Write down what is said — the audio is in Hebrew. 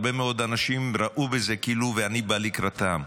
הרבה מאוד אנשים ראו בזה כאילו אני בא לקראתם,